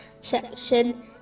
section